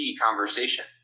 conversation